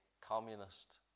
communist